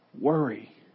Worry